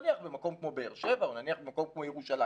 נניח במקום כמו באר שבע או נניח במקום כמו ירושלים.